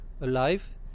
alive